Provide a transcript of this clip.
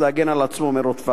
כדי להגן על עצמו מרודפיו.